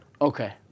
Okay